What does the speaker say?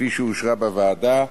כפי שאושרה בוועדה,